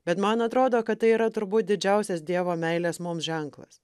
bet man atrodo kad tai yra turbūt didžiausias dievo meilės mums ženklas